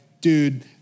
dude